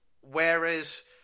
Whereas